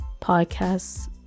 podcast's